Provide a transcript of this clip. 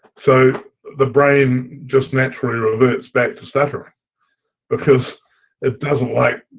so the brain just naturally reverts back to stuttering because it doesn't like